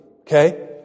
okay